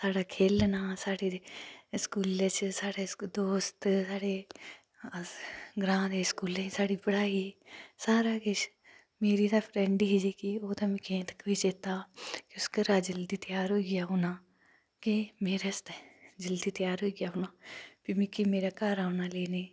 साढ़ा खेढना साढ़े स्कूलें च साढ़े दोस्त ग्रां दे स्कूलें साढ़ी पढ़ाई सारा किश मेरी जेह्की फ्रैंड ही मिगी अजें तक ओह् चेत्ता ऐ उ'नें जिसलै घरा दा त्यार होइयै औना मेरे आस्तै जल्दी त्यार होइयै औना फ्ही मेरे घर औना